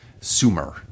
Sumer